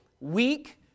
Weak